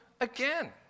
again